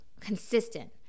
consistent